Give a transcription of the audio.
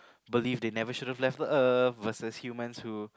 believed they never should have left the earth versus humans who